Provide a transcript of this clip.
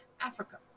africa